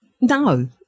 No